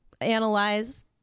analyze